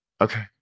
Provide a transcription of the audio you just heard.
okay